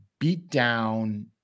beatdown